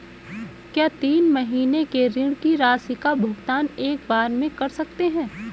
क्या तीन महीने के ऋण की राशि का भुगतान एक बार में कर सकते हैं?